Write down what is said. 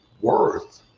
worth